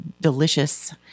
delicious